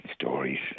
stories